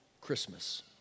Christmas